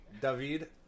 David